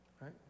Right